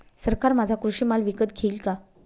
सरकार माझा कृषी माल विकत घेईल का?